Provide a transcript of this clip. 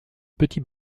petits